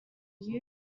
you